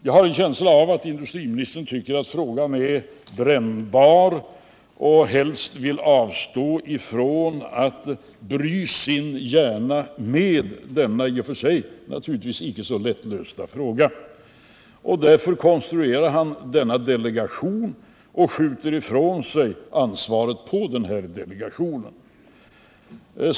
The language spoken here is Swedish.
Jag har en känsla av att industriministern tycker att frågan är brännbar och att han helst vill avstå från att bry sin hjärna med denna i och för sig naturligtvis icke så lättlösta fråga. Därför konstruerar han strukturdelegationen och skjuter ifrån sig ansvaret på den.